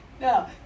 No